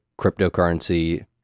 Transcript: cryptocurrency